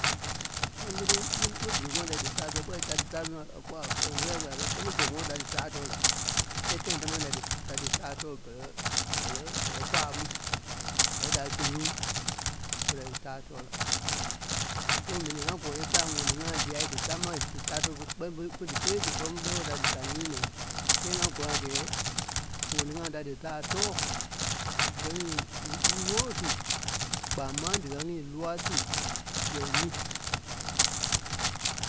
Kɛ́ ḿve nîi ḿve- m̀ve berei kɔ́lɔŋ da dítaa tɔ́ɔ kpɛlɛ da dítaa tɔ̂ɔ nɔ́ kpɔ a sɛŋ kôya-koya kɛ́ɛ. Kɛ́lɛ ḿve zɛŋ kɔ́lɔŋ da dítaa tɔ̂ɔ lai, kɛ́ tãi támaa da dí- da dítaa tɔ̂ɔ bɛrɛ- bɛrɛ faaŋ mu. Da kɛ̂ dîa soyɔŋ. Berei taa tɔ̂ɔ la. So mɛnii ŋȧ gɔ́lɔŋ é pîlaŋ ŋɔni-ŋa dîai dítamaai dítaa tulɛ ɓe- kpɛ́ni fêi- fé dí kélee dí kɔ́lɔŋ ɓɛ́i kɔ́lɔŋ da- da nyîi naai. Kɛɛ́ ŋa gɔ́lɔŋ a gɛɛ ŋɔni-ŋa da dítaa tɔ̂ɔ, díkɛ nyìi wúru wôlo su, kpaa máŋ díkɛ nyii lóa su, lɔii mu.